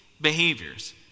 behaviors—